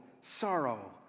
sorrow